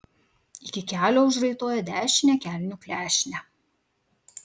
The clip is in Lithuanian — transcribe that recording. iki kelio užraitoja dešinę kelnių klešnę